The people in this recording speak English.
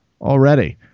already